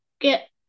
get